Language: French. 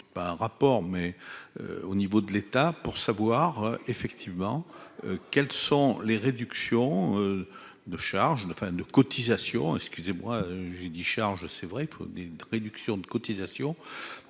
pas un rapport mais au niveau de l'État pour savoir effectivement quels sont les réductions de charges enfin de cotisations, excusez-moi, j'ai dit charges c'est vrai faut des réductions de cotisations